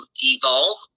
evolve